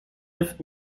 neuf